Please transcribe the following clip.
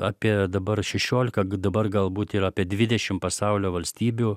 apie dabar šešiolika dabar galbūt ir apie dvidešim pasaulio valstybių